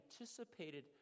anticipated